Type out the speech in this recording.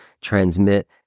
transmit